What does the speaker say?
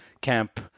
camp